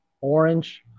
Orange